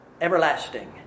everlasting